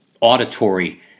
auditory